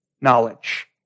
knowledge